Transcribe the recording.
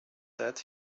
that